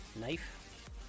knife